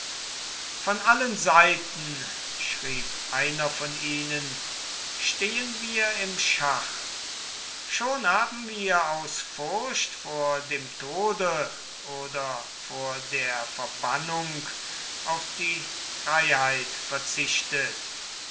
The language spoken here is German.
von allen seiten schrieb einer von ihnen stehen wir im schach schon haben wir aus furcht vor dem tode oder vor der verbannung auf die freiheit verzichtet